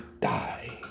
die